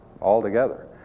altogether